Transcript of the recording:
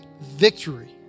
victory